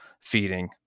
feeding